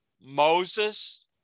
Moses